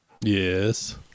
Yes